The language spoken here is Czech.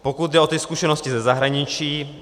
Pokud jde o zkušenosti ze zahraničí.